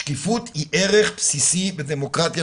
שקיפות היא ערך בסיסי בדמוקרטיה,